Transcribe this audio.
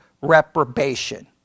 reprobation